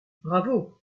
bravo